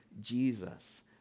Jesus